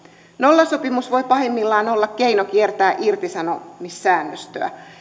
nollasopimus voi pahimmillaan olla keino kiertää irtisanomissäännöstöä